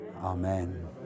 Amen